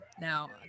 Now